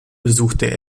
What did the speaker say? besuchte